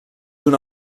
una